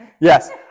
Yes